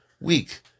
weak